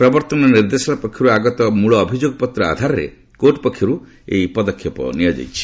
ପ୍ରବର୍ତ୍ତନ ନିର୍ଦ୍ଦେଶାଳୟ ପକ୍ଷରୁ ଆଗତ ମୂଳଅଭିଯୋଗ ପତ୍ର ଆଧାରରେ କୋର୍ଟ ପକ୍ଷରୁ ଏହି ପଦକ୍ଷେପ ନିଆଯାଇଛି